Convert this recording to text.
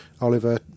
Oliver